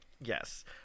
Yes